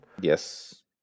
Yes